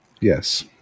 Yes